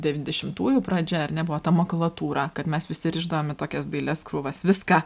devyniasdešimtųjų pradžia ar ne buvo tą makulatūra kad mes visi rišdavom į tokias dailias krūvas viską